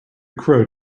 crow